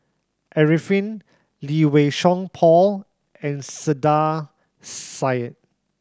Arifin Lee Wei Song Paul and Saiedah Said